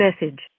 message